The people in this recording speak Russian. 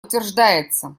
утверждается